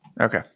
Okay